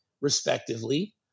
respectively